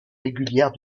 régulière